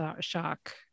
shock